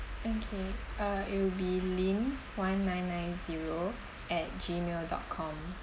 okay uh it'll be lim one nine nine zero at gmail dot com